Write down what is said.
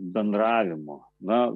bendravimo na